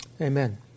Amen